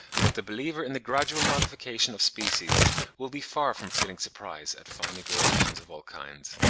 but the believer in the gradual modification of species will be far from feeling surprise at finding gradations of all kinds.